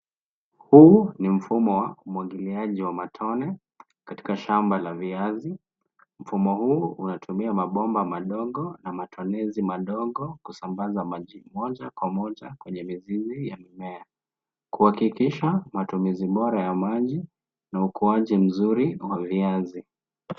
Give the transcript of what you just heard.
Huu ni mfumo wa umwagiliaji wa matone katika shamba la viazi. Mfumo huu unatumia mabomba madogo na matonezi madogo kusambaza maji moja kwa moja kwenye mizizi ya mimea; Kuhakikisha matumizi bora ya maji na ukuaji mzuri wa viazi.